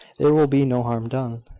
there will be no harm done.